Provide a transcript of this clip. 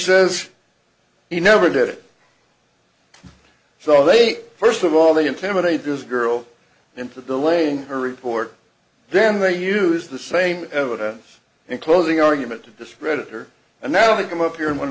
says he never did it so they first of all the intimidate this girl into the lane to report them they use the same evidence in closing argument to discredit her and now they come up here